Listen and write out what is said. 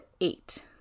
eight